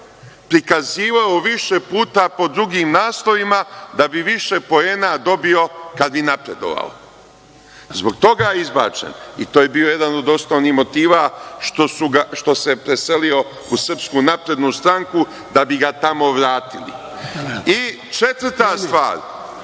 prikazivao više puta pod drugim naslovima da bi više poena dobio kad bi napredovao. Zbog toga je izbačen i to je bio jedan od osnovnih motiva što se preselio u SNS, da bi ga tamo vratili. Četvrta stvar,